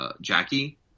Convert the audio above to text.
Jackie